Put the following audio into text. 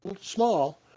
small